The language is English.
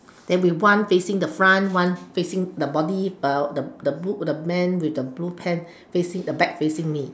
then with one facing the front one facing the body uh the the the blue the man with the blue pants facing the back facing me